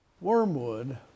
Wormwood